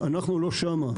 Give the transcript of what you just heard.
אנחנו לא שם.